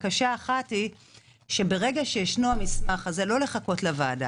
בקשה אחת היא שברגע שיש המסמך הזה לא לחכות לוועדה.